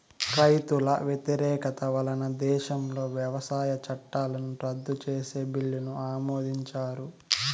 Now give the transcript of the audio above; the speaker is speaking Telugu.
రైతుల వ్యతిరేకత వలన దేశంలో వ్యవసాయ చట్టాలను రద్దు చేసే బిల్లును ఆమోదించారు